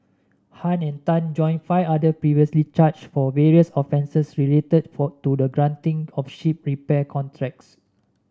Han and Tan join five others previously charged for various offences related for to the granting of ship repair contracts